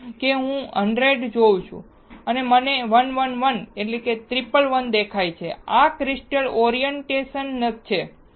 હું 100 જોઉં છું અને મને 111 દેખાય છે આ ક્રિસ્ટલ ઓરિએન્ટેશન છે